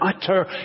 utter